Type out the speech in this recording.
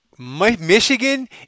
Michigan